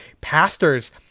pastors